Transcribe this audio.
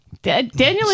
Daniel